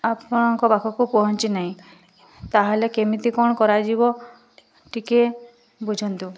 ଆପଣଙ୍କ ପାଖକୁ ପହଁଚି ନାହିଁ ତାହେଲେ କେମିତି କ'ଣ କରାଯିବ ଟିକେ ବୁଝନ୍ତୁ